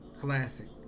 classic